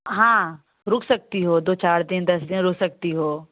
हाँ रुक सकती हो दो चार दिन दस दिन रुक सकती हो